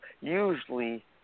Usually